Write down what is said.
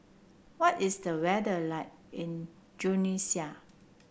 what is the weather like in Tunisia